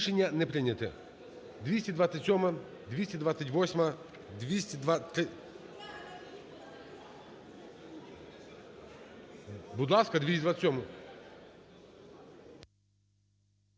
Рішення не прийняте.